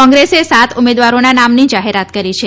કોંગ્રેસે સાત ઉમેદવારોના નામની જાહેરાત કરી છે